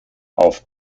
auf